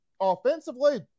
offensively